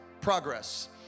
progress